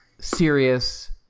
serious